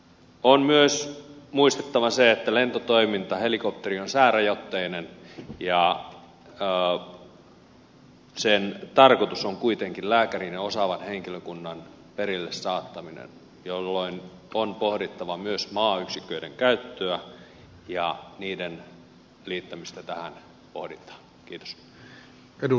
on myös muistettava se että lentotoiminta helikopterilla on säärajoitteinen ja sen tarkoitus on kuitenkin lääkärin ja osaavan henkilökunnan perille saattaminen jolloin on pohdittava myös maayksiköiden käyttöä ja niiden liittämistä tähän pohdintaan